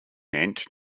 nennt